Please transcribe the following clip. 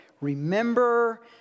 Remember